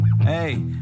Hey